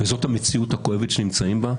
וזאת המציאות הכואבת שנמצאים בה.